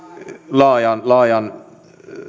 laajan laajan